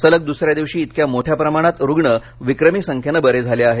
सलग दुसऱ्या दिवशी इतक्या मोठ्या प्रमाणात रुग्ण विक्रमी संख्येनं बरे झाले आहेत